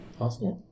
awesome